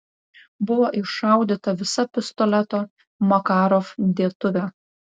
buvo iššaudyta visa pistoleto makarov dėtuvė